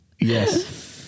Yes